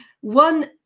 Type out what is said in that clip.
one